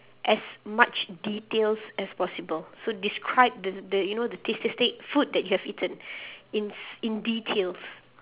as much details as possible so describe the the you know the tastiest thing food that you have eaten ins in details